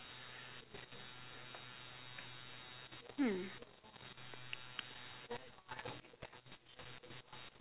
hmm